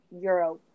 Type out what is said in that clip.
euro